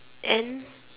and